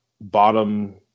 bottom